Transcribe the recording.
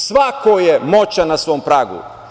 Svako je moćan na svom pragu.